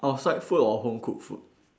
outside food or home cooked food